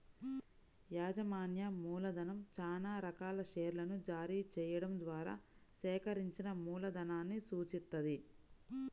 యాజమాన్య మూలధనం చానా రకాల షేర్లను జారీ చెయ్యడం ద్వారా సేకరించిన మూలధనాన్ని సూచిత్తది